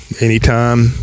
anytime